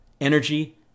energy